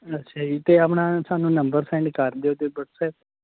ਅੱਛਾ ਜੀ ਅਤੇ ਆਪਣਾ ਸਾਨੂੰ ਨੰਬਰ ਸੈਂਡ ਕਰ ਦਿਓ ਅਤੇ ਵਟਸਐੱਪ